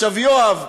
עכשיו, יואב,